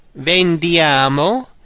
vendiamo